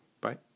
Bye